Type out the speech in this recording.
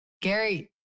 gary